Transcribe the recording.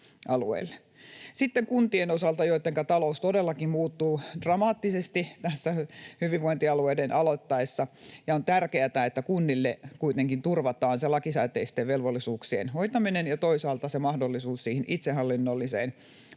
Sitten kuntien osalta, joittenka talous todellakin muuttuu dramaattisesti tässä hyvinvointialueiden aloittaessa, on tärkeätä, että kunnille kuitenkin turvataan lakisääteisten velvollisuuksien hoitaminen ja toisaalta mahdollisuus siihen itsehallinnolliseen